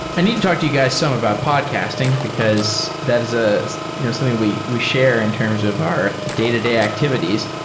i need to talk to you guys some about podcasting, because that is ah you know something we we share in terms of our day-to-day activities.